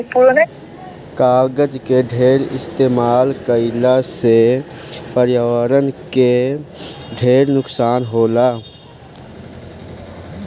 कागज के ढेर इस्तमाल कईला से पर्यावरण के ढेर नुकसान होला